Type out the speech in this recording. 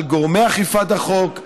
על גורמי אכיפת החוק,